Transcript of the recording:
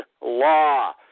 Law